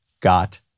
got